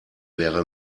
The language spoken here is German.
wäre